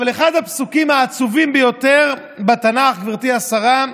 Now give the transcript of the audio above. אבל אחד הפסוקים העצובים ביותר בתנ"ך, גברתי השרה,